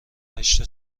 هشت